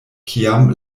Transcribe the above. kiam